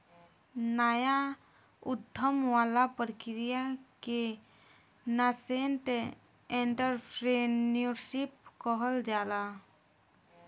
नाया उधम वाला प्रक्रिया के नासेंट एंटरप्रेन्योरशिप कहल जाला